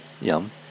Yum